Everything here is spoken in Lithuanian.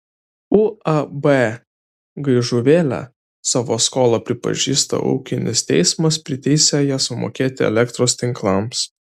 uab gaižuvėlė savo skolą pripažįsta ūkinis teismas priteisė ją sumokėti elektros tinklams